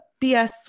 BS